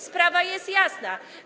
Sprawa jest jasna.